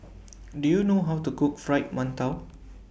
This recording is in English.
Do YOU know How to Cook Fried mantou